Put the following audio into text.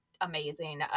amazing